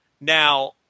Now